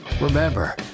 Remember